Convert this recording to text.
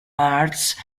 arts